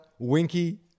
winky